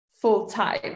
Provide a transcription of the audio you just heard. full-time